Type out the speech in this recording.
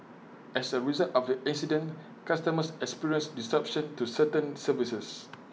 as A result of the incident customers experienced disruption to certain services